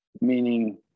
meaning